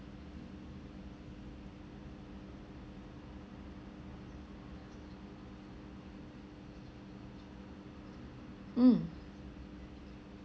mm